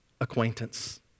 acquaintance